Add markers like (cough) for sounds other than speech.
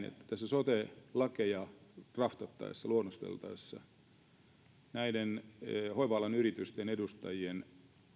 (unintelligible) että sote lakeja draftattaessa luonnosteltaessa näiden hoiva alan yritysten edustajia